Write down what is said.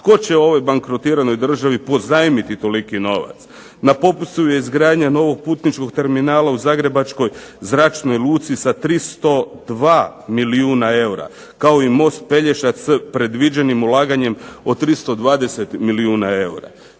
Tko će ovoj bankrotiranoj državi pozajmiti toliki novac? Na popisu je izgradnja novog putničkog terminala u Zagrebačkoj zračnoj luci sa 302 milijuna eura kao i most Pelješac s predviđenim ulaganjem od 320 milijuna eura.